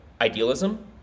idealism